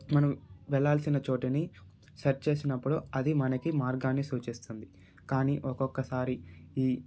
మనం వెళ్ళాల్సిన చోటిని సెర్చ్ చేసినప్పుడు అది మనకి మార్గాన్ని సూచిస్తుంది కానీ ఒకొక్కసారి ఈ